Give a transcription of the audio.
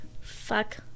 Fuck